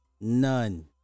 None